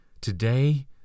Today